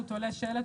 הוא תולה שלט,